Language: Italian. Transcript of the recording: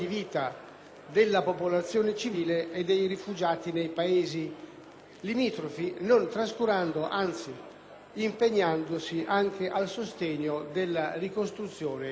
limitrofi, non trascurando, anzi, impegnandosi anche al sostegno della ricostruzione civile.